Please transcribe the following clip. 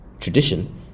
tradition